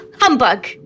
Humbug